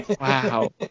Wow